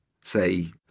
say